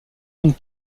zones